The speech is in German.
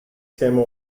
käme